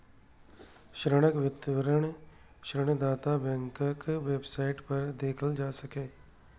ऋणक विवरण ऋणदाता बैंकक वेबसाइट पर देखल जा सकैए